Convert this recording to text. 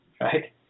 Right